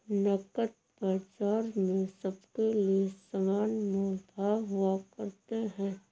नकद बाजार में सबके लिये समान मोल भाव हुआ करते हैं